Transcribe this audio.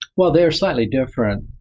well, they're slightly different.